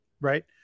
right